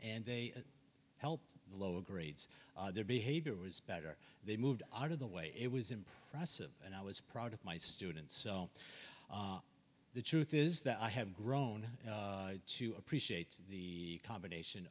and they helped the lower grades their behavior was better they moved out of the way it was impressive and i was proud of my students so the truth is that i have grown to appreciate the combination